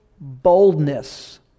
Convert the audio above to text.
boldness